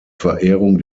verehrung